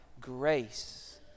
grace